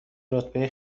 رتبه